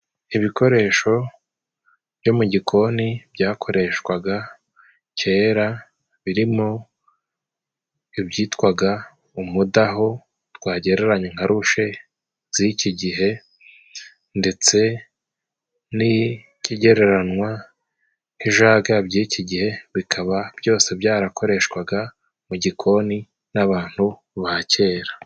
Ibikoresho byo mu gikoni byakoreshwaga kera, birimo ibyitwaga umudaho twagereranya nka rushe z'iki gihe. Ndetse n'ikigereranywa nk'ijagi y'iki gihe, bikaba byose byarakoreshwaga mu gikoni n'abantu ba kera.